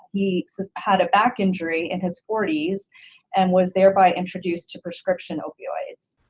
he had a back injury in his forty s and was thereby introduced to prescription opioids.